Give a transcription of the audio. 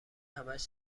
همش